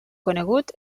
conegut